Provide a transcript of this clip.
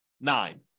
nine